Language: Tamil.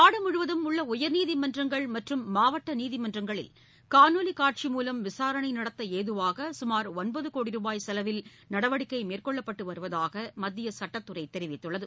நாடு முழுவதும் உள்ள உயர்நீதிமன்றங்கள் மற்றும் மாவட்ட நீதிமன்றங்களில் காணொலி காட்சி விசாரணையை விரிவுபடுத்துவதற்காக சுமார் ஒன்பது கோடி ரூபாய் செலவில் நடவடிக்கை மேற்கொள்ளப்பட்டு வருவதாக மத்திய சட்டத்துறை தெரிவித்துள்ளது